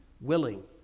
willing